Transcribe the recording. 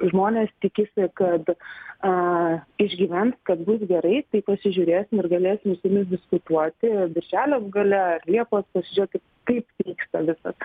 žmonės tikisi kad aaa išgyvens kad bus gerai tai pasižiūrėsim ir galėsim su jumis diskutuoti birželio gale liepos pradžia kaip vyksta visas